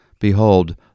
Behold